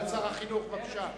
כבוד שר החינוך, בבקשה.